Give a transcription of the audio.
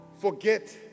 Forget